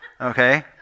okay